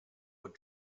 what